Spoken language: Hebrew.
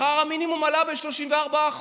שכר המינימום עלה ב-34%.